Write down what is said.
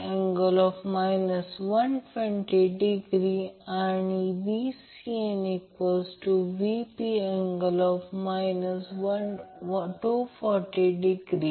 हा रोटर आहे हा रोटर म्हणजे प्रत्यक्षात मॅग्नेट फिरत आहे आपण याला रोटर म्हणतो हे प्लेन म्हणजे रोटर आहे